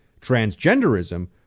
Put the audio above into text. transgenderism